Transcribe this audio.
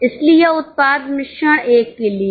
इसलिए यह उत्पाद मिश्रण 1 के लिए है